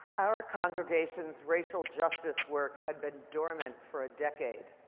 our congregation's racial justice work had been dormant for a decade,